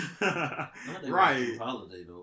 Right